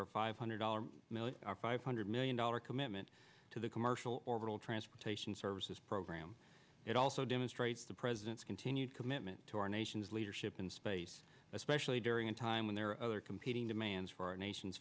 reinstates r five hundred dollars million five hundred million dollars commitment to the commercial orbital transportation services program it also demonstrates the president's continued commitment to our nation's leadership in space especially during a time when there are other competing demands for our nation's